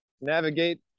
navigate